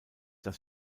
das